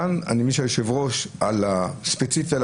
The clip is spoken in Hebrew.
כאן אני מבין שהיושב-ראש ספציפי על